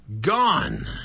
gone